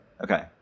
Okay